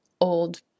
old